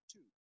Two